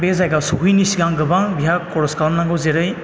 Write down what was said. बे जायगायाव सहैयैनि सिगां बेहा खर'स खालामनांगौ जेरै